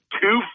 two